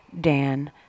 Dan